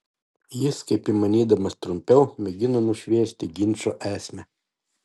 jis kaip įmanydamas trumpiau mėgino nušviesti ginčo esmę